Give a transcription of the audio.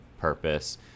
purpose